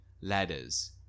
ladders